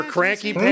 Cranky